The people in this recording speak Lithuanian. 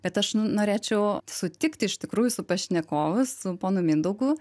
bet aš norėčiau sutikti iš tikrųjų su pašnekovu su ponu mindaugu